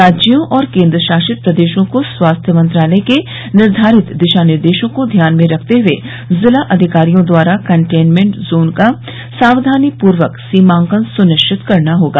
राज्यों और केंद्रशासित प्रदेशों को स्वास्थ्य मंत्रालय के निर्धारित दिशानिर्देशों को ध्यान में रखते हुए जिला अधिकारियों द्वारा कंटेन्मेंट जोन का सावधानीपूर्वक सीमांकन सुनिश्चित करना होगा